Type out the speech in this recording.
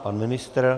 Pan ministr?